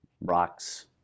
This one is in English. rocks